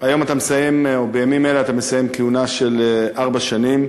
היום אתה מסיים או בימים אלה אתה מסיים כהונה של ארבע שנים